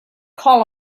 call